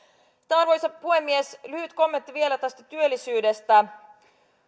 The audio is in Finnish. arvoisa puhemies lyhyt kommentti vielä tästä työllisyydestä